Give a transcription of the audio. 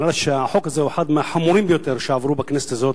החוק הזה הוא אחד מהחמורים ביותר שעברו בכנסת הזאת.